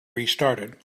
restarted